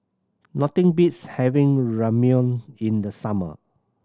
nothing beats having Ramyeon in the summer